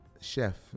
chef